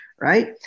right